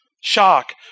shock